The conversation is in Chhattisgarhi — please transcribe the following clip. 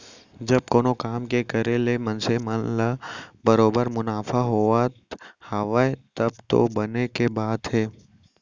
जब कोनो काम के करे ले मनसे ल बरोबर मुनाफा होवत हावय तब तो बने के बात हे